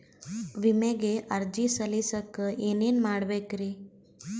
ವಿಮೆಗೆ ಅರ್ಜಿ ಸಲ್ಲಿಸಕ ಏನೇನ್ ಮಾಡ್ಬೇಕ್ರಿ?